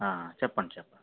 ఆ చెప్పండి చెప్పండి